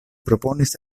proponis